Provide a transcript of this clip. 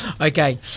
Okay